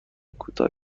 کوتاه